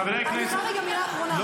חברי הכנסת --- רגע, מילה אחרונה.